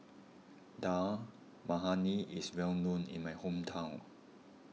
Dal Makhani is well known in my hometown